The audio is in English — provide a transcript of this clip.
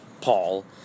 Paul